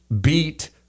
beat